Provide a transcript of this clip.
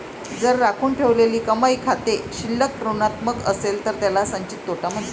जर राखून ठेवलेली कमाई खाते शिल्लक ऋणात्मक असेल तर त्याला संचित तोटा म्हणतात